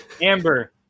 Amber